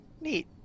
neat